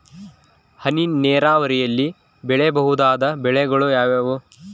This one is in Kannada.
ಹನಿ ನೇರಾವರಿಯಲ್ಲಿ ಬೆಳೆಯಬಹುದಾದ ಬೆಳೆಗಳು ಯಾವುವು?